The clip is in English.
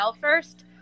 first